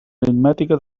aritmètica